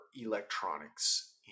electronics